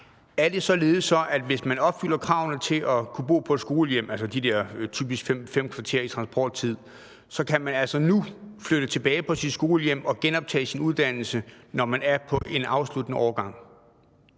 Er det så således, at hvis man opfylder kravene til at kunne bo på et skolehjem, altså typisk de der 5 kvarter i transporttid, så kan man altså nu flytte tilbage på sit skolehjem og genoptage sin uddannelse, når man er på en afsluttende årgang?